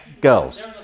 girls